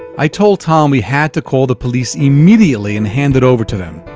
i told tom we had to call the police immediately and hand it over to them.